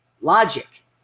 Logic